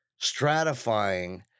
stratifying